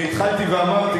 אני התחלתי ואמרתי,